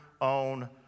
own